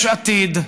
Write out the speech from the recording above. יש עתיד,